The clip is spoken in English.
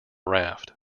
raft